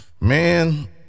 Man